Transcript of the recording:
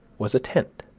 was a tent,